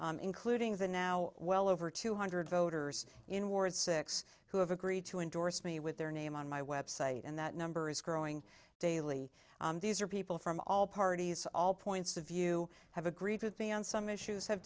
reelection including the now well over two hundred voters in ward six who have agreed to endorse me with their name on my website and that number is growing daily these are people from all parties all points of view have agreed with me on some issues have